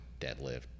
deadlift